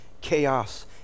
chaos